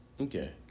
Okay